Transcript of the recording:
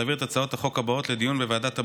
להעביר את הצעות החוק הבאות לדיון בוועדת הבריאות: